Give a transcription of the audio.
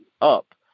up